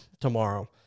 tomorrow